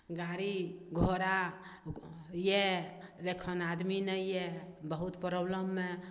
गाड़ी घोड़ा यऽ अखन आदमी नहि यऽ बहुत प्रॉब्लममे हम